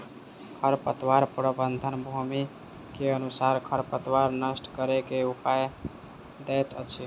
खरपतवार प्रबंधन, भूमि के अनुसारे खरपतवार नष्ट करै के उपाय दैत अछि